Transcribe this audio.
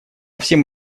всем